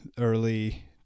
early